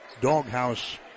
doghouse